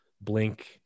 blink